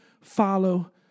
follow